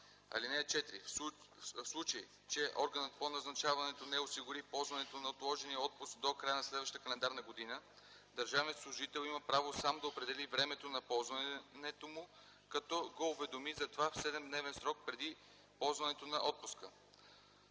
„(4) В случай, че органът по назначаването не осигури ползването на отложения отпуск до края на следващата календарна година, държавният служител има право сам да определи времето на ползването му, като го уведоми за това в седемдневен срок преди ползването на отпуска.”